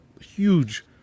huge